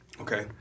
Okay